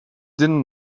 didn’t